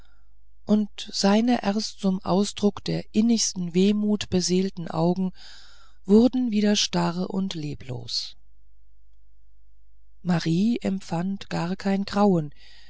und seine erst zum ausdruck der innigsten wehmut beseelten augen wurden wieder starr und leblos marie empfand gar kein grauen